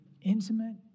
intimate